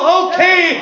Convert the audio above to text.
okay